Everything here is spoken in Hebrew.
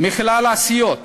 מכלל הסיעות